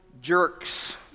jerks